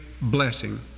blessing